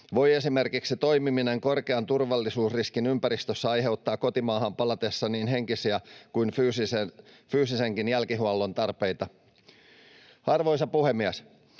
voi esimerkiksi toimiminen korkean turvallisuusriskin ympäristössä aiheuttaa kotimaahan palatessa niin henkisiä kuin fyysisiäkin jälkihuollon tarpeita. Arvoisa puhemies!